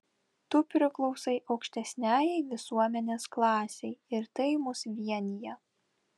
tu priklausai aukštesniajai visuomenės klasei ir tai mus vienija